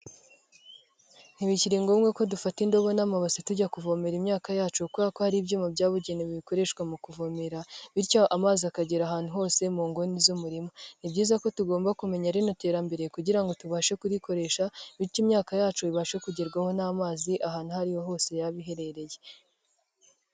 Ntibikiri ngombwa ko dufata indobo n'amabasa tujya kuvomerara imyaka yacu kubera ko hari ibyuma byabugenewe bikoreshwa mu kuvomera bityo amazi akagera ahantu hose mu nguni z'umurima; ni byiza ko tugomba kumenya rino terambere kugira ngo tubashe kuyikoresha bityo imyaka yacu ibashe kugerwaho n'amazi ahantu aho ari ho hose yaba iherereye.